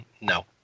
no